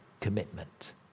commitment